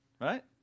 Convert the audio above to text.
Right